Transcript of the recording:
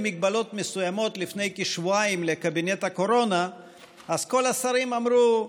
הגבלות מסוימות לפני כשבועיים לקבינט הקורונה אז כל השרים אמרו: